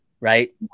right